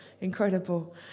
incredible